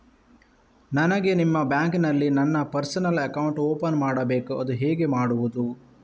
ನನಗೆ ನಿಮ್ಮ ಬ್ಯಾಂಕಿನಲ್ಲಿ ನನ್ನ ಪರ್ಸನಲ್ ಅಕೌಂಟ್ ಓಪನ್ ಮಾಡಬೇಕು ಅದು ಹೇಗೆ ಮಾಡುವುದು?